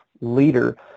leader